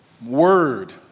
Word